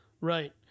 right